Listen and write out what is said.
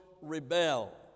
rebel